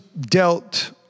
dealt